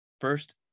first